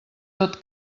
tot